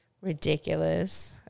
ridiculous